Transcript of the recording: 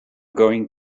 going